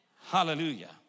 Hallelujah